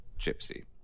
Gypsy